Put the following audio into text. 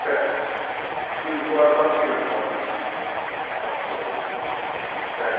சேரி ம் கொ குறச்சுக்கிலாங்க குறச்சுக்கிலாங்க குறச்சு போட்டுக்கலாங்க சரிங்க